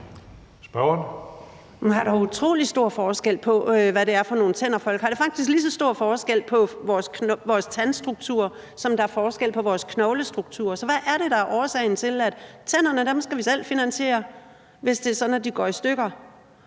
Der er da utrolig stor forskel på, hvad det er for nogle tænder, folk har. Der er faktisk lige så stor forskel på vores tandstruktur, som der er forskel på vores knoglestruktur. Så hvad er det, der er årsagen til, at tænderne skal vi selv finansiere, hvis det er sådan, at de går i stykker,